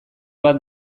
bat